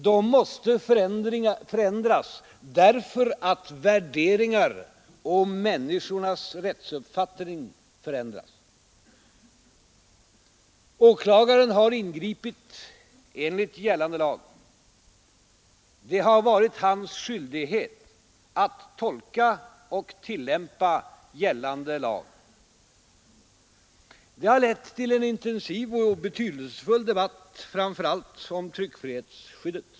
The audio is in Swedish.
De måste förändras därför att värderingar och människornas rättsuppfattning förändras. Åklagaren har ingripit enligt gällande lag. Det har varit hans skyldighet att tolka och tillämpa gällande lag. Det har lett till en intensiv och betydelsefull debatt, framför allt om tryckfrihetsskyddet.